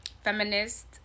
Feminist